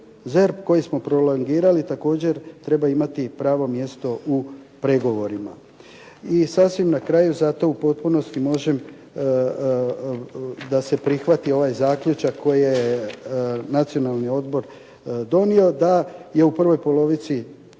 koji smo prolongirali također treba imati pravo mjesto u pregovorima. I sasvim na kraju zato u potpunosti možem da se prihvati ovaj zaključak koji je Nacionalni odbor donio, da je u prvoj polovici